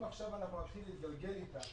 אם עכשיו נתחיל להתגלגל איתן